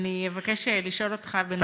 אבקש לשאול אותך בנושא,